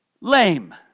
lame